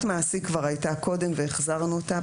"מעסיק" ההגדרה כבר הייתה קודם והחזרנו אותה.